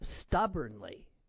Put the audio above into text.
stubbornly